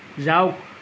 যাওক